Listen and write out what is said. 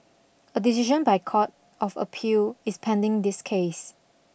a decision by Court of Appeal is pending this case